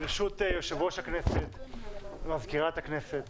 ברשות יושב-ראש הכנסת ומזכירת הכנסת.